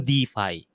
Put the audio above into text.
DeFi